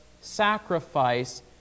sacrifice